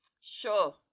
Sure